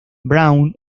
brown